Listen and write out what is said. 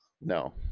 No